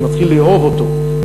הוא מתחיל לאהוב אותו,